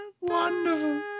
Wonderful